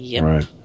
right